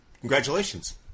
Congratulations